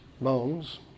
bones